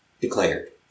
declared